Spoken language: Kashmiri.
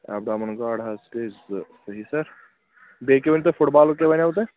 ایبڈامُن گاڈ حظ گٔے زٕ صحیح سَر بیٚیہِ کیٛاہ ؤنِو تُہۍ فُٹ بالُک تہِ وَنِیو تۄہہِ